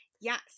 Yes